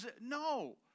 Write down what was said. No